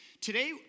today